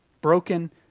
broken